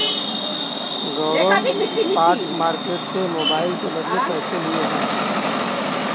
गौरव spot market से mobile के बदले पैसे लिए हैं